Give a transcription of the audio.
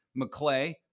McClay